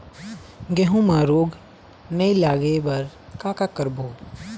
गेहूं म रोग नई लागे बर का का करबो?